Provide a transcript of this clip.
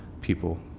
people